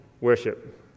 worship